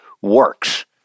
works